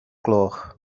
gloch